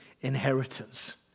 inheritance